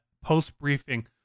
post-briefing